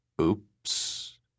Oops